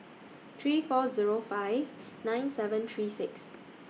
three four Zero five nine seven three six